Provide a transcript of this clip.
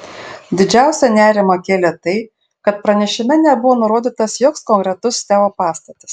didžiausią nerimą kėlė tai kad pranešime nebuvo nurodytas joks konkretus teo pastatas